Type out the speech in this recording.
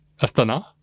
Astana